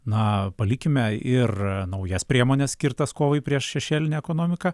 na palikime ir naujas priemones skirtas kovai prieš šešėlinę ekonomiką